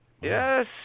Yes